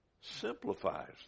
simplifies